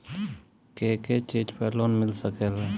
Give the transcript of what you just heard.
के के चीज पर लोन मिल सकेला?